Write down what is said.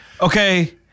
Okay